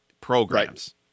programs